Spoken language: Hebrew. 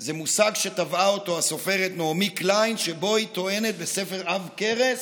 זה מושג שטבעה אותו הסופרת נעמי קליין והיא טוענת בספר עב כרס,